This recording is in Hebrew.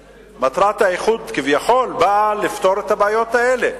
והאיחוד, כביכול, בא לפתור את הבעיות האלה.